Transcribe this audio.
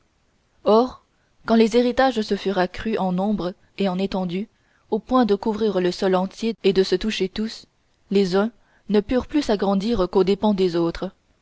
or quand les héritages se furent accrus en nombre et en étendue au point de couvrir le sol entier et de se toucher tous les uns ne purent plus s'agrandir qu'aux dépens des autres